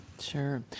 Sure